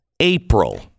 April